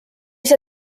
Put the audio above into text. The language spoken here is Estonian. see